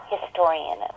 historian